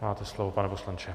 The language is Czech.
Máte slovo, pane poslanče.